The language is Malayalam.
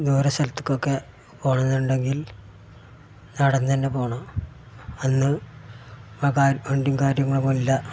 ദൂര സ്ഥലത്തേക്കൊക്കെ പോകുന്നുണ്ടെങ്കിൽ നടന്നു തന്നെ പോകണം അന്ന് ആ വണ്ടിയും കാര്യങ്ങളൊന്നും ഇല്ല